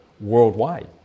worldwide